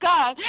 God